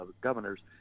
governors